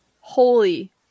Holy